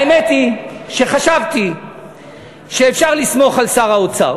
האמת היא שחשבתי שאפשר לסמוך על שר האוצר.